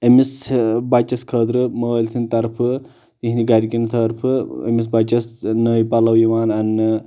أمِس بچس خٲطرٕ مٲلۍ سٕنٛدۍ طرفہٕ یِہِنٛدِ گرِکٮ۪ن طرفہٕ أمِس بچس نٔوۍ پلو یِوان اننہٕ